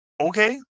okay